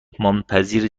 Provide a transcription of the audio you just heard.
مهمانپذیر